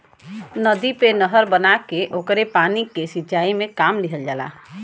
नदी पे नहर बना के ओकरे पानी के सिंचाई में काम लिहल जाला